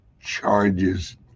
charges